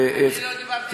אני לא דיברתי אתך על חקירות,